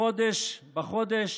בחודש